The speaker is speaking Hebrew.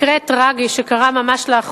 נקרא "לא",